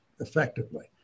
effectively